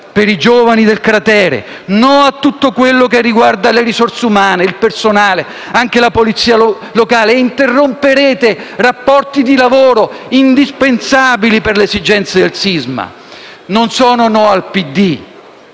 per i giovani del cratere; no a tutto quello che riguarda le risorse umane, il personale, anche la polizia locale. Interromperete rapporti di lavoro indispensabili per le esigenze delle aree del sisma. Non sono no al PD: